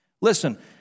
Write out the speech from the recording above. Listen